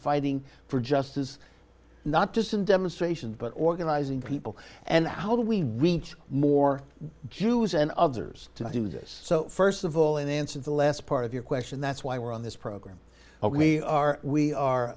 fighting for justice not just in demonstrations but organizing people and how do we reach more jews and others to do this so first of all and answer the last part of your question that's why we're on this program where we are we are